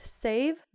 save